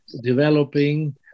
developing